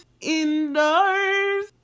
Indoors